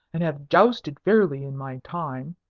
and have jousted fairly in my time,